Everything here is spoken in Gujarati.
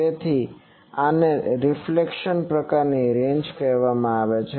તેથી આને રીફ્લેક્શન પ્રકારની રેન્જ કહેવામાં આવે છે